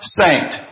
saint